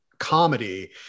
Comedy